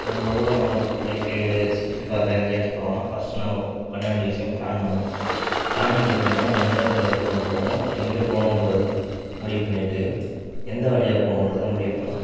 ரொம்ப தூரம் நம்ம பைக் ரைடு சுற்றிப் பார்க்க எங்கேயாச்சிம் போறோம்ன்னா ஃபஸ்ட்டு நம்ம பண்ண வேண்டிய விஷயம் ப்ளான் பண்ணணும் ப்ளானிங் எப்படின்னா நம்ம எந்த இடத்துல இருக்கோம்ன்றதும் எங்கே போகணுன்றதும் முடிவு பண்ணிவிட்டு எந்த வழியா போகணுன்றதும் முடிவு பண்ணணும்